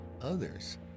others